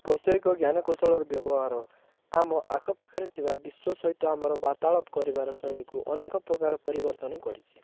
ବୈଷୟିକ ଜ୍ଞାନ କୌଶଳର ବ୍ୟବହାର ଆମ ଆଖ ପାଖରେ ଥିବା ବିଶ୍ୱ ସହିତ ଆମର ବାର୍ତ୍ତାଲାପ କରିବାର ଶୈଳୀକୁ ଅନେକ ପ୍ରକାର ପରିବର୍ତ୍ତନ କରିଛି